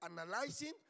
analyzing